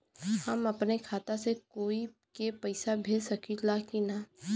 हम अपने खाता से कोई के पैसा भेज सकी ला की ना?